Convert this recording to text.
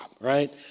right